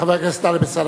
חבר הכנסת טלב אלסאנע,